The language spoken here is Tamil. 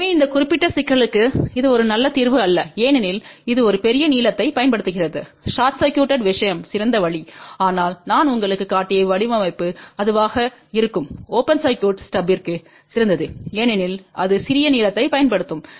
எனவே இந்த குறிப்பிட்ட சிக்கலுக்கு இது ஒரு நல்ல தீர்வு அல்ல ஏனெனில் இது ஒரு பெரிய நீளத்தைப் பயன்படுத்துகிறது ஷார்ட் சர்க்யூட் விஷயம் சிறந்த வழி ஆனால் நான் உங்களுக்குக் காட்டிய வடிவமைப்பு அதுவாக இருக்கும் ஓபன் சர்க்யூட் ஸ்டப்பிற்கு சிறந்தது ஏனெனில் அது சிறிய நீளத்தைப் பயன்படுத்தும்